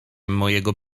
mojego